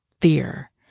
fear